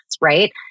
right